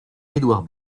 édouard